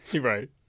Right